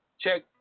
check